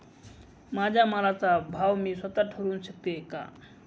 माझ्या मालाचा भाव मी स्वत: ठरवू शकते का?